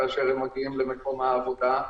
כאשר הם מגיעים למקום העבודה.